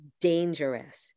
dangerous